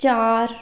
ਚਾਰ